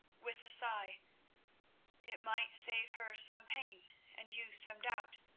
with a sigh it might save her some pain and you some doubt,